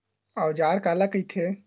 औजार काला कइथे?